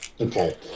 Okay